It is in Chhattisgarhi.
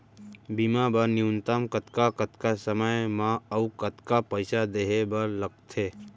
बीमा बर न्यूनतम कतका कतका समय मा अऊ कतका पइसा देहे बर लगथे